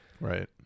right